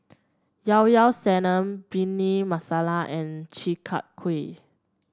Llao Llao Sanum Bhindi Masala and Chi Kak Kuih